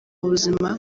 buzima